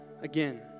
again